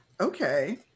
Okay